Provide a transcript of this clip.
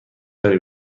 داری